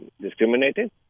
discriminated